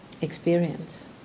experience